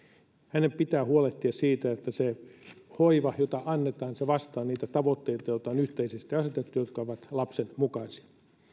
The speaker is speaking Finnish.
hänen pitää huolehtia siitä että se hoiva jota annetaan vastaa niitä tavoitteita joita on yhteisesti asetettu jotka ovat lapsen tarpeen mukaisia